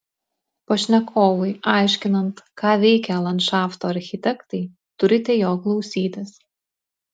pašnekovui aiškinant ką veikia landšafto architektai turite jo klausytis